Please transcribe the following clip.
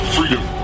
Freedom